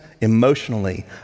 emotionally